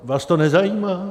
Vás to nezajímá?